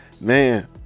man